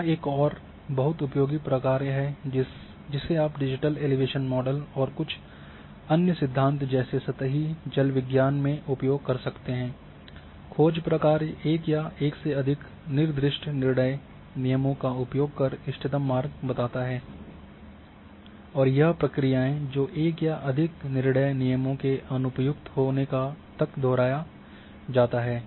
यह एक और है बहुत उपयोगी प्रक्रिया है जिसे आप डिजिटल एलिवेशन मॉडल और कुछ अन्य सिद्धांत जैसे सतही जल विज्ञान में उपयोग कर सकते हैं खोज प्रक्रिया एक या एक से अधिक निर्दिष्ट निर्णय नियमों का उपयोग कर इष्टतम मार्ग बताता है और यह प्रक्रियाएँ को एक या अधिक निर्णय नियमों के अनुपयुक्त होने तक दोहराया जाता है